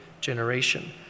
generation